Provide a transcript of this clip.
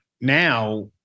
now